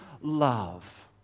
love